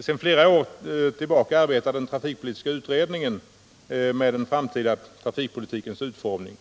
Sedan flera år tillbaka arbetar den trafikpolitiska utredningen med den framtida trafikpolitikens utformning.